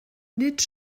nid